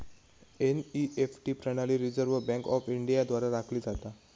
NEFT प्रणाली Reserve Bank of India द्वारा राखली जाता